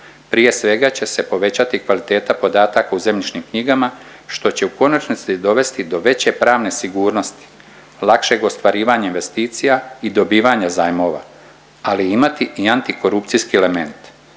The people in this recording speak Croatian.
Prije svega će se povećati kvaliteta podataka u zemljišnim knjigama što će u konačnici dovesti do veće pravne sigurnosti, lakšeg ostvarivanja investicija i dobivanja zajmova, ali imati i antikorupcijski element.